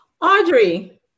Audrey